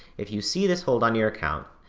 if you see this hold on your account,